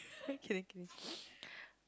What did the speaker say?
kidding kidding